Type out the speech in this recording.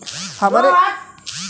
हमरे खाता में कितना पईसा हौ?